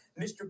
Mr